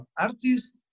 artist